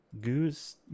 Goose